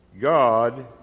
God